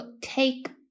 take